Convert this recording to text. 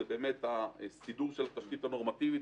הוא הסידור של התשתית הנורמטיבית,